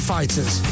Fighters